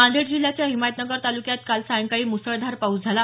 नांदेड जिल्ह्याच्या हिमायतनगर तालुक्यात काल सायंकाळी मुसळधार पाऊस झाला